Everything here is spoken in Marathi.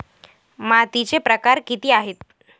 मातीचे प्रकार किती आहेत?